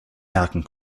merken